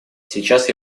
сейчас